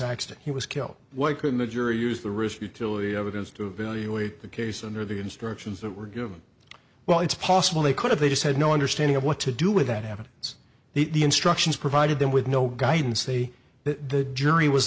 accident he was killed why couldn't the jury use the risk utility evidence to valuate the case under the instructions that were given well it's possible they could have they just had no understanding of what to do with that happens the instructions provided them with no guidance they the jury was